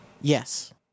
Yes